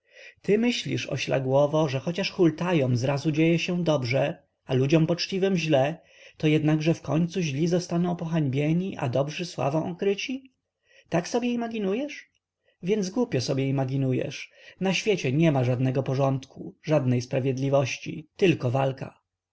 ty myślisz ośla głowo że chociaż hultajom zrazu dzieje się dobrze a ludziom poczciwym źle to jednakże wkońcu źli zostaną pohańbieni a dobrzy sławą okryci tak sobie imaginujesz więc głupio sobie imaginujesz na świecie niema żadnego porządku żadnej sprawiedliwości tylko walka